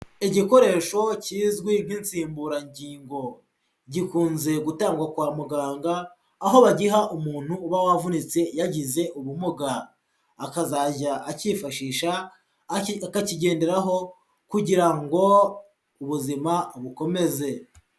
Igikoresho kizwi nk'insimburangingo, gikunze gutangwa kwa muganga aho bagiha umuntu uba wavunitse yagize ubumuga, akazajya akifashisha akakigenderaho kugira ngo ubuzima bukomeze.